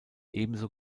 ebenso